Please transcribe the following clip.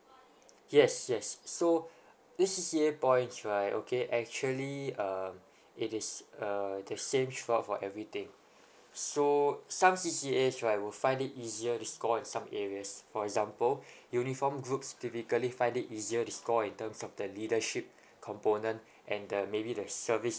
yes yes so this C_C_A points right okay actually um it is err the same swap for everything so some C_C_As right will find it easier to score in some areas for example uniform groups typically find it easier to score in terms of the leadership component and the maybe the service